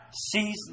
sees